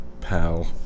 pal